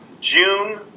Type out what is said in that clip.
June